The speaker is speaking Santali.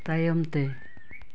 ᱛᱟᱭᱚᱢᱛᱮ